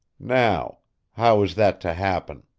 now how is that to happen?